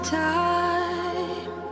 time